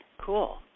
Cool